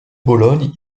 bologne